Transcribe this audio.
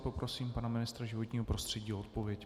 Poprosím pana ministra životního prostředí o odpověď.